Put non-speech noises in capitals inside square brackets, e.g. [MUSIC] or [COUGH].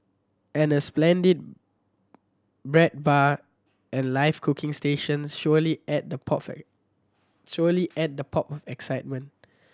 and a splendid bread bar and live cooking stations surely add the pop [UNINTELLIGIBLE] surely add the pop of excitement